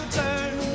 turn